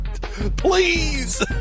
Please